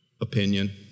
opinion